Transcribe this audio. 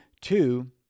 two